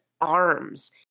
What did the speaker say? arms